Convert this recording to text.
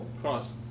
Cross